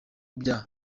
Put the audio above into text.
bya